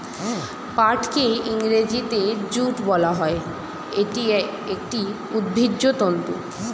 পাটকে ইংরেজিতে জুট বলা হয়, এটি একটি উদ্ভিজ্জ তন্তু